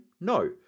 No